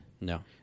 No